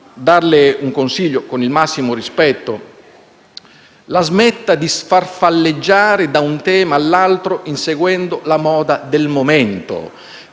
darle un consiglio con il massimo rispetto: la smetta di sfarfalleggiare da un tema all'altro inseguendo la moda del momento.